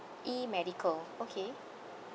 E medical okay